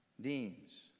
deems